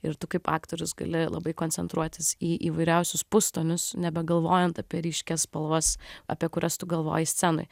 ir tu kaip aktorius gali labai koncentruotis į įvairiausius pustonius nebegalvojant apie ryškias spalvas apie kurias tu galvoji scenoj